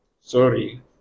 Sorry